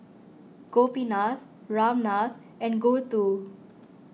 Gopinath Ramnath and Gouthu